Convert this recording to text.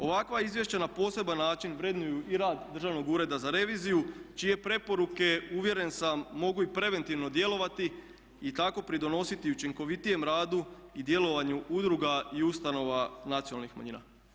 Ovakva izvješća na poseban način vrednuju i rad Državnog ureda za reviziju čije preporuke uvjeren sam mogu i preventivno djelovati i tako pridonositi učinkovitijem radu i djelovanju udruga i ustanova nacionalnih manjina.